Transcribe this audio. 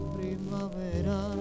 primavera